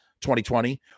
2020